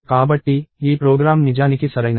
కాబట్టి ఈ ప్రోగ్రామ్ నిజానికి సరైనది